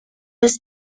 los